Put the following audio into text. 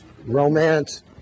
Romance